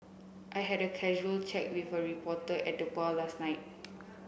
I had a casual chat with a reporter at the bar last night